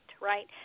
right